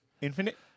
Infinite